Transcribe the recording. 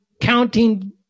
counting